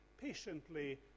patiently